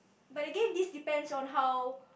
but again this depends on how